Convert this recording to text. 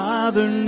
Father